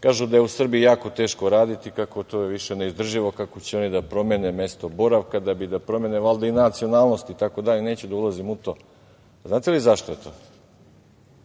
kažu da je u Srbiji jako teško raditi, kako je to više neizdrživo, kako će oni da promene mesto boravka, da bi da promene valjda i nacionalnost itd, neću da ulazim u to. Znate li zašto je to?